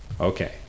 Okay